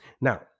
Now